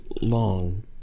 long